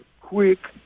quick